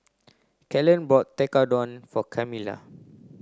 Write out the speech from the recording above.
Kalen bought Tekkadon for Camilla